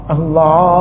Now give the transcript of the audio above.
Allah